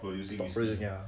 stop producing ya